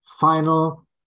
final